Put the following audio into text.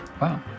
wow